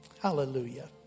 Hallelujah